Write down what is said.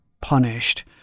punished